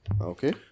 Okay